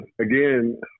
again